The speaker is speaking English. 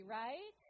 right